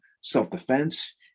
self-defense